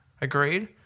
Agreed